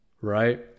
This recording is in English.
right